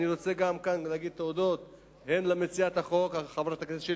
אני רוצה להגיד תודות הן למציעת החוק חברת הכנסת שלי